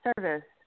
service